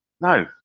No